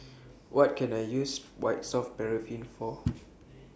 What Can I use White Soft Paraffin For